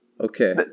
Okay